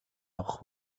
авах